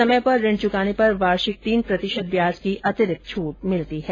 समय पर ऋण चुकाने पर वार्षिक तीन प्रतिशत ब्याज की अतिरिक्त छूट मिलती है